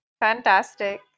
fantastic